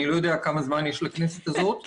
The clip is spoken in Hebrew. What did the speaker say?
אני לא יודע כמה זמן יש לכנסת הזאת,